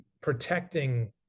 protecting